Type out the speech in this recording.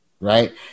right